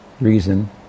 reason